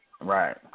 Right